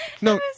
No